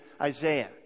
Isaiah